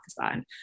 Pakistan